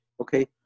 Okay